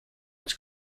its